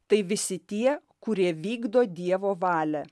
tai visi tie kurie vykdo dievo valią